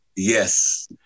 Yes